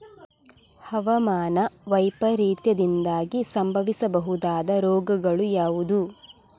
ಹವಾಮಾನ ವೈಪರೀತ್ಯದಿಂದಾಗಿ ಸಂಭವಿಸಬಹುದಾದ ರೋಗಗಳು ಯಾವುದು?